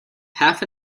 half